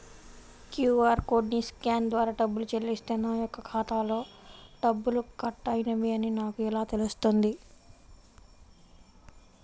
QR కోడ్ని scan ద్వారా డబ్బులు చెల్లిస్తే నా యొక్క ఖాతాలో డబ్బులు కట్ అయినవి అని నాకు ఎలా తెలుస్తుంది?